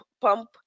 pump